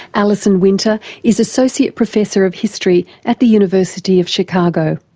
alison winter is associate professor of history at the university of chicago.